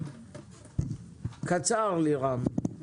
לירם,